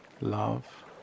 love